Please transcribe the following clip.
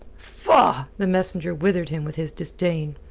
faugh! the messenger withered him with his disdain.